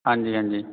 ਹਾਂਜੀ ਹਾਂਜੀ